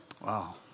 Wow